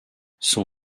son